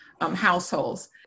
households